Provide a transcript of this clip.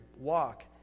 walk